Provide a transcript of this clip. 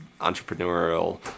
entrepreneurial